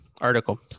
article